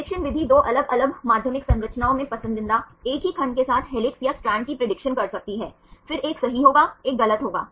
prediction विधि 2 अलग अलग माध्यमिक संरचनाओं में पसंदीदा एक ही खंड के साथ हेलिक्स या स्ट्रैंड की प्रेडिक्शन कर सकती है फिर एक सही होगा एक गलत होगा